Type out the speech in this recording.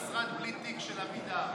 מתי סוגרים את המשרד בלי תיק של אבידר?